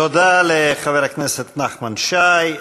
תודה לחבר הכנסת נחמן שי.